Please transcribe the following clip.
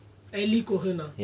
elliecohen ah